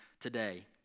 today